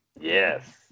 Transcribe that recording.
Yes